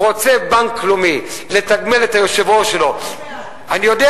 רוצה בנק לאומי לתגמל את היושב-ראש שלו, אני בעד.